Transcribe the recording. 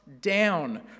down